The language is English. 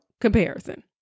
comparison